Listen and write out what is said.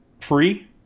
free